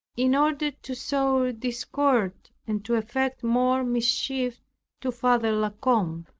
in order to sow discord, and to effect more mischief to father la combe.